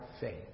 faith